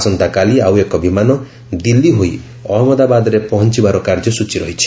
ଆସନ୍ତାକାଲି ଆଉ ଏକ ବିମାନ ଦିଲ୍ଲୀ ହୋଇ ଅହନ୍ମଦାବାଦରେ ପହଞ୍ଚିବାର କାର୍ଯ୍ୟସଚୀ ରହିଛି